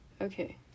okay